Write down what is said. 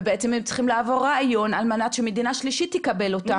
ובעצם הם צריכים לעבור ריאיון על מנת שמדינה שלישית תקבל אותם.